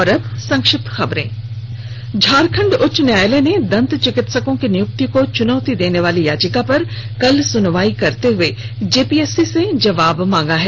और अब संक्षिप्त खबरें झारखंड उच्च न्यायालय ने दंत चिकित्सकों की नियुक्ति को चुनौती देने वाली याचिका पर कल सुनवाई करते हुए जेपीएससी से जवाब मांगा है